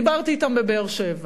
דיברתי אתם בבאר-שבע.